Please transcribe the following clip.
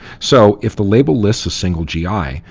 so, if the labels lists a single gi,